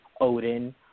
Odin